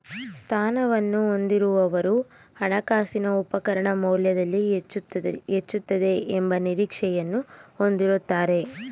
ಸ್ಥಾನವನ್ನು ಹೊಂದಿರುವವರು ಹಣಕಾಸಿನ ಉಪಕರಣ ಮೌಲ್ಯದಲ್ಲಿ ಹೆಚ್ಚುತ್ತದೆ ಎಂಬ ನಿರೀಕ್ಷೆಯನ್ನು ಹೊಂದಿರುತ್ತಾರೆ